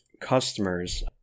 customers